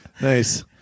nice